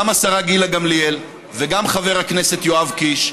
גם השרה גילה גמליאל וגם חבר הכנסת יואב קיש,